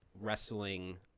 wrestling